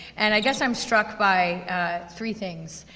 and i guess i'm struck by three things.